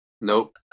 Nope